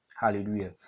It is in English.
hallelujah